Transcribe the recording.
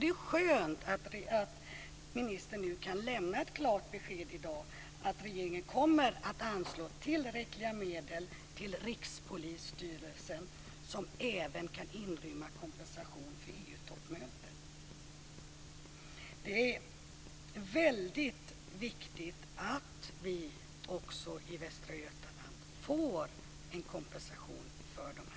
Det är skönt att ministern kan lämna ett klart besked i dag om att regeringen kommer att anslå tillräckliga medel till Rikspolisstyrelsen som även kan inrymma kompensation för EU-toppmötet. Det är väldigt viktigt att vi i Västra Götaland får en kompensation för detta.